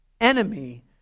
enemy